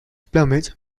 plumage